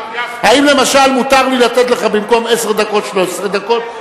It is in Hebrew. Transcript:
האם למשל מותר לי לתת לך במקום עשר דקות 13 דקות?